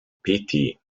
pity